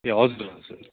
ए हजुर हजुर